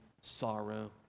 sorrow